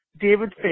David